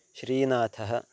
श्रीनाथः